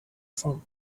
from